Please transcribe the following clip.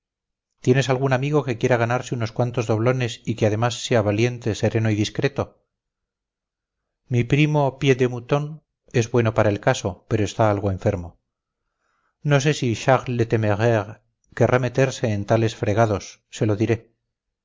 tienes algún amigo que quiera ganarse unos cuantos doblones y que además sea valiente sereno y discreto mi primo pied de mouton es bueno para el caso pero está algo enfermo no sé si charles le témérairequerrá meterse en tales fregados se lo diré